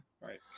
Right